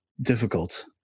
difficult